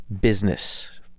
business